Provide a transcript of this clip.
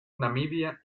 namibia